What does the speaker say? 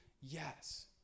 Yes